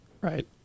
Right